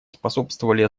способствовали